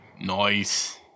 Nice